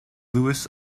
louis